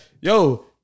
Yo